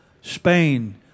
Spain